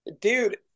dude